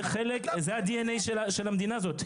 זה הדי.אן.איי של המדינה הזאת.